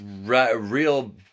real